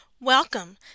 Welcome